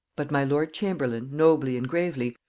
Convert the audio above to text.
but my lord chamberlain, nobly and gravely,